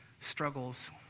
struggles